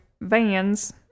Van's